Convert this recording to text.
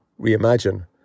reimagine